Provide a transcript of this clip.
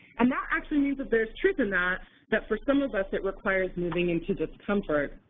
and that actually means that there's truth in that that for some of us it requires moving into discomfort.